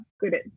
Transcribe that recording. good